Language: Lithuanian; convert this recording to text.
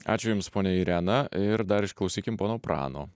ačiū jums ponia irena ir dar išklausykim pono prano